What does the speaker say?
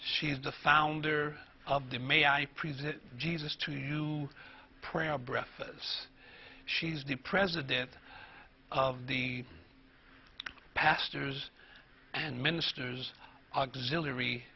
is the founder of the may i present jesus to you prayer breath she's the president of the pastors and ministers auxiliary